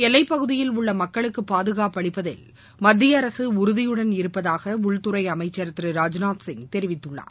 எல்லைப் பகுதியில் உள்ள மக்களுக்கு பாதுகாப்பு அளிப்பதில் மத்திய அரசு உறுதியுடன் இருப்பதாக உள்துறை அமைச்சர் திரு ராஜ்நாத் சிங் தெரிவித்துள்ளார்